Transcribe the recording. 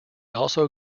also